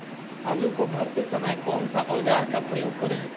आलू को भरते समय कौन सा औजार का प्रयोग करें?